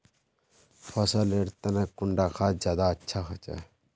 फसल लेर तने कुंडा खाद ज्यादा अच्छा होचे?